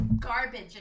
garbage